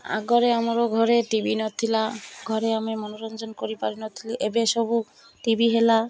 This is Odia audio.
ଆଗରେ ଆମର ଘରେ ଟି ଭି ନଥିଲା ଘରେ ଆମେ ମନୋରଞ୍ଜନ କରିପାରିନଥିଲୁ ଏବେ ସବୁ ଟି ଭି ହେଲା